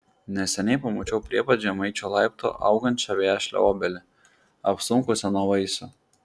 neseniai pamačiau prie pat žemaičių laiptų augančią vešlią obelį apsunkusią nuo vaisių